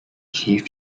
chief